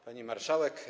Pani Marszałek!